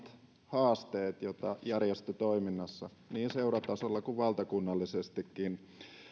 haasteet joita järjestötoiminnassa niin seuratasolla kuin valtakunnallisestikin